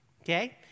okay